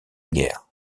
guerre